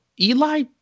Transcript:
Eli